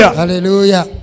hallelujah